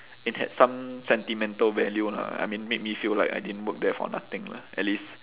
it had some sentimental value lah I mean made me feel like I didn't work there for nothing lah at least